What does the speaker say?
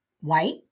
white